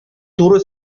туры